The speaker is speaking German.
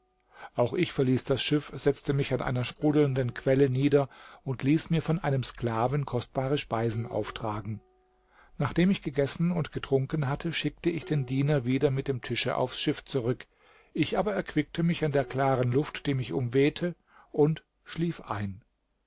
auch ich verließ das schiff setzte mich an einer sprudelnden quelle nieder und ließ mir von einem sklaven kostbare speisen auftragen nachdem ich gegessen und getrunken hatte schickte ich den diener wieder mit dem tische aufs schiff zurück ich aber erquickte mich an der klaren luft die mich umwehte und schlief ein